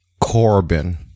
Corbin